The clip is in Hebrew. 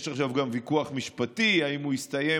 וגם יש עכשיו ויכוח משפטי אם הוא יסתיים